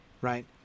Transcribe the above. right